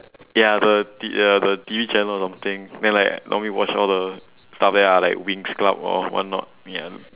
ya the T the T_V channel or something then like normally watch all the stuff there lah like winx club or what not ya